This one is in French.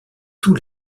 tous